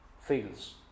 feels